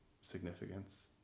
significance